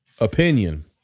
opinion